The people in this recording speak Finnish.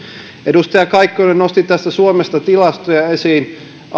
edustaja kaikkonen nosti suomesta tilastoja esiin